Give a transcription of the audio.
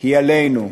היא עלינו.